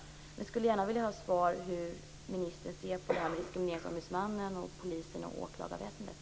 Men jag skulle gärna vilja ha ett svar på hur ministern ser på Diskrimineringsombudsmannen, polisen och åklagarväsendet.